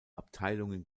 abteilungen